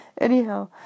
Anyhow